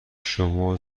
شما